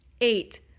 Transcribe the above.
Eight